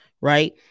right